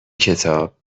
کتاب